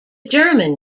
german